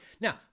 now